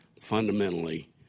fundamentally